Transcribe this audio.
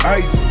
ice